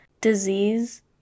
disease